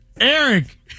Eric